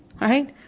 right